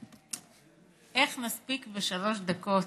איך נספיק בשלוש דקות,